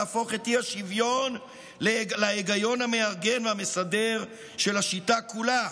להפוך את האי-שוויון להיגיון המארגן והמסדר של השיטה כולה.